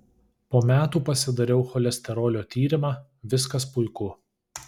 po metų pasidariau cholesterolio tyrimą viskas puiku